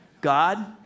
God